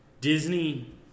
Disney